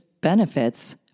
benefits